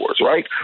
right